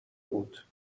بود